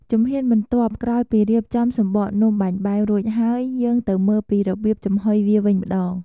ជំហានបន្ទាប់ ក្រោយពីរៀបចំសំបកនំបាញ់បែវរួចហើយ យើងទៅមើលពីរបៀបចំហុយវាវិញម្ដង។